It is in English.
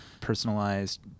personalized